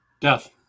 death